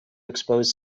expose